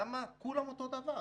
למה כולם אותו דבר.